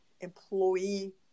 employee